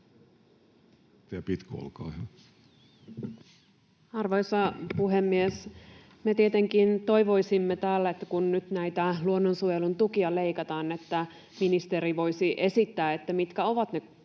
Arvoisa puhemies! Me tietenkin toivoisimme täällä, että kun nyt näitä luonnonsuojelun tukia leikataan, niin ministeri voisi esittää, mitkä ovat ne kompensoivat